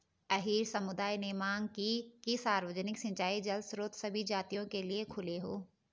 अहीर समुदाय ने मांग की कि सार्वजनिक सिंचाई जल स्रोत सभी जातियों के लिए खुले हों